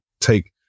take